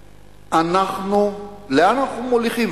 אנחנו, לאן אנחנו מוליכים?